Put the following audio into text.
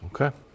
Okay